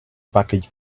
package